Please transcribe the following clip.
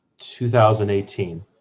2018